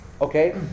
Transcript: Okay